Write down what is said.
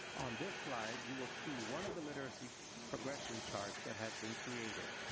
on this slide you will see one of the literacy progression charts that has been created.